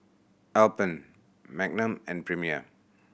Alpen Magnum and Premier